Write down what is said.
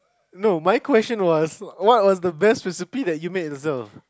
no my question was what was the best recipe that you made as well